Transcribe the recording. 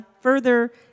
further